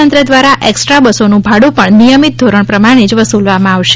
તંત્ર દ્વારા એકસ્ટ્રા બસોનું ભાડું પણ નિયમિત ધોરણ પ્રમાણે જ વસૂલવામાં આવશે